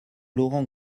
laurent